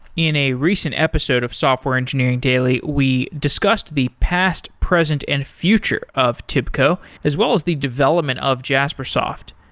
in a recent episode of software engineering daily, we discussed the past, present and future of tibco as well as the development of jaspersoft.